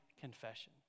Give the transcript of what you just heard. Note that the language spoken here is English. confession